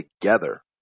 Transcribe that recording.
together